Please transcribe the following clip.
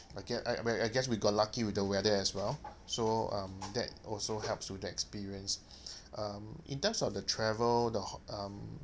I gue~ I I I guess we got lucky with the weather as well so um that also helps with the experience um in terms of the travel the ho~ um